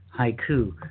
haiku